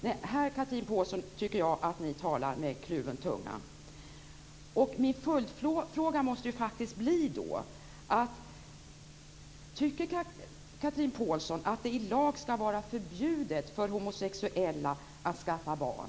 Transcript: Här, Chatrine Pålsson, tycker jag att ni talar med kluven tunga. Min följdfråga måste bli: Tycker Chatrine Pålsson att det i lag skall vara förbjudet för homosexuella att skaffa barn?